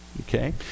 Okay